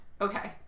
okay